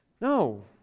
No